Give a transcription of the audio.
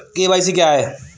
KYC क्या है?